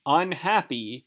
unhappy